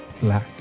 black